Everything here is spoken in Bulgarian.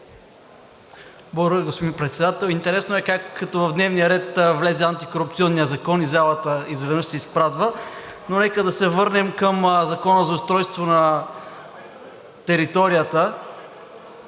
Благодаря, господин Председател. Интересно е как като в дневния ред влезе антикорупционният закон и залата изведнъж се изпразва?! Нека обаче да се върнем към Закона за устройство на територията,